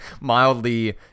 mildly